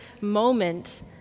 moment